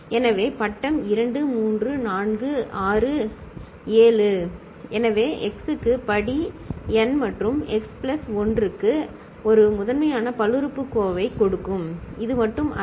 எனவே பட்டம் 2 3 4 6 7 சரி எனவே x க்கு படி n மற்றும் x பிளஸ் 1 க்கு ஒரு முதன்மையான பல்லுறுப்புக்கோவைக் கொடுக்கும் இது மட்டும் அல்ல